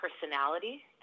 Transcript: personality